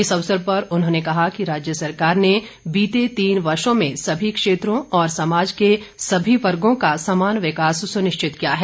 इस अवसर पर उन्होंने कहा कि राज्य सरकार ने बीते तीन वर्षो में सभी क्षेत्रों और समाज के सभी वर्गो का समान विकास सुनिश्चित किया है